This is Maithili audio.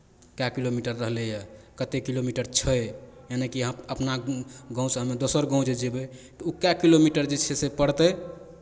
कए किलोमीटर रहलैए कतेक किलोमीटर छै यानिकि अहाँ अपना गाँवसँ हमे दोसर गाँव जे जयबै तऽ ओ कए किलोमीटर जे छै से पड़तै